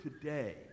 today